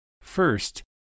First